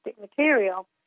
material